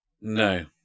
No